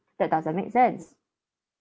that doesn't make sense